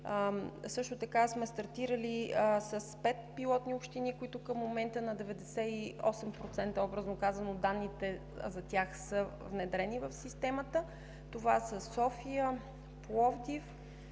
Също така сме стартирали с пет пилотни общини, които към момента на 98%, образно казано, данните за тях са внедрени в системата. Това са София, Пловдив,